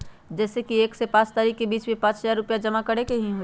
जैसे कि एक से पाँच तारीक के बीज में पाँच हजार रुपया जमा करेके ही हैई?